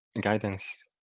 guidance